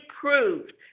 proved